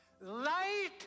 Light